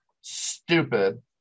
stupid